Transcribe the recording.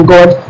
God